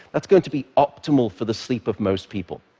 that's going to be optimal for the sleep of most people.